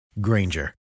Granger